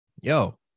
yo